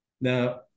Now